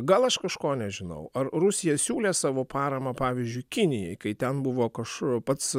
gal aš kažko nežinau ar rusija siūlė savo paramą pavyzdžiui kinijai kai ten buvo kaž pats